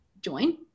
join